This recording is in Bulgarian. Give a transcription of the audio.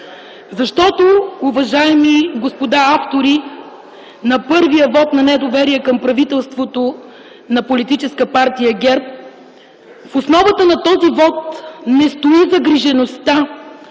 защото, уважаеми господа – автори на първия вот на недоверие към правителството на Политическа партия ГЕРБ, в основата на този вот не стои загрижеността